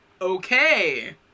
okay